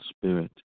spirit